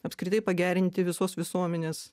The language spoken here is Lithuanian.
apskritai pagerinti visos visuomenės